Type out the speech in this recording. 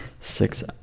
six